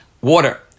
water